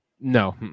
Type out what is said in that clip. No